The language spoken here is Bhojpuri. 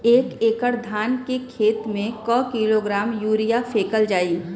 एक एकड़ धान के खेत में क किलोग्राम यूरिया फैकल जाई?